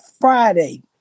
Friday